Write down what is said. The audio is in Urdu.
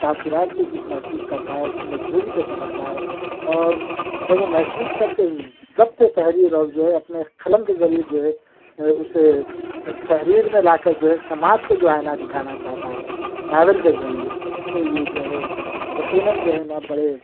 تاثرات کو جس محسوس کرتا ہے اُس کی مجبوری کو سمجھتا ہے اور جب وہ محسوس کر کے ضبطِ تحریر اور جو ہے اپنے قلم کے ذریعے جو ہے اُسے تحریر میں لاکر جو ہے سماج کو جو آئینہ دکھانا چاہتا ہے ناول کے ذریعے تو یہ جو ہے یقیناً جو ہے نہ بڑے